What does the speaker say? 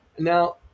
Now